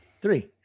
Three